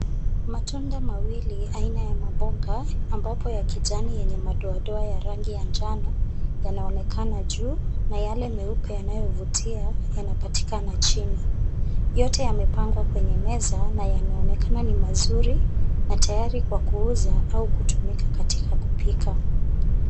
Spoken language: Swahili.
Matunda mawili aina ya maboga ambapo ya kijani yenye madoadoa ya rangi ya njano yanaonekana juu na yale meupe yanayovutia yanapatikana chini yote yamepangwa kwenye meza na yanaonekana ni mazuri na tayari kwa kuuza au kutumika katika kupika.